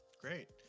Great